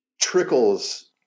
trickles